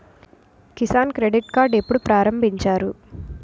Kisan credit card ఎప్పుడు ప్రారంభించారు?